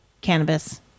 cannabis